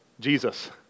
Jesus